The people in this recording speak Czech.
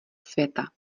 světa